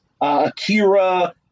Akira